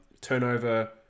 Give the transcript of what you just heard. turnover